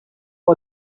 are